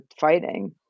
fighting